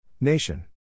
Nation